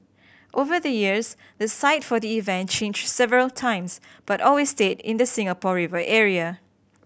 over the years the site for the event changed several times but always stayed in the Singapore River area